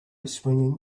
swinging